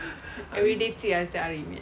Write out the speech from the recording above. everyday 寄来家里面